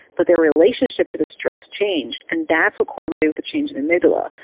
but their relationship to the stress changed, and that's what correlated with the change in the amygdala.